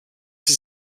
sie